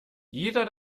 jeder